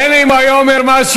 מילא אם הוא היה אומר משהו,